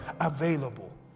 available